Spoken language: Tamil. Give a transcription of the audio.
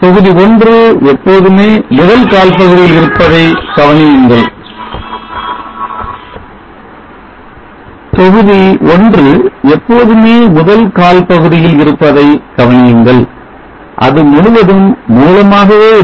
தொகுதி 1 எப்போதுமே முதல் கால் பகுதியில் இருப்பதை கவனியுங்கள் அது முழுவதும் மூலமாகவே இருக்கும்